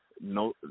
no